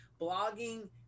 blogging